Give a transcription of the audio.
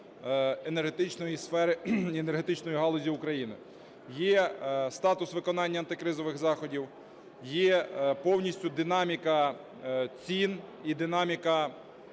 енергетичної сфери і енергетичної галузі України. Є статус виконання антикризових заходів, є повністю динаміка цін і динаміка